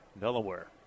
Delaware